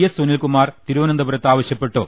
S Sunilkumar തിരുവനന്തപുരത്ത് ആവ ശ്യപ്പെട്ടു